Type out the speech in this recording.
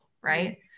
right